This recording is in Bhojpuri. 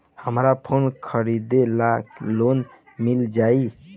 हमरा फोन खरीदे ला लोन मिल जायी?